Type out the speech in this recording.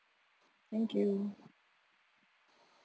thank you